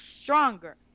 stronger